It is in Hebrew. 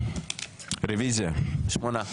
שמונה.